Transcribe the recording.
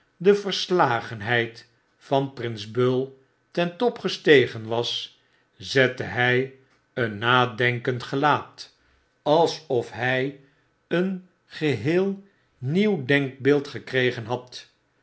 de verslagenheid van prins bull ten top gestegen was zette hy een nadenkend gelaat alsof hy een geheel nieuw denkbeeld gekregen had